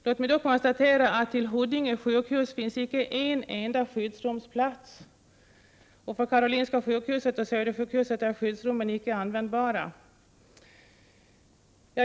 Låt mig då konstatera att det till Huddinge sjukhus icke finns en enda skyddsrumsplats. Och vid Karolinska sjukhuset och Södersjukhuset är skyddsrummen icke användbara.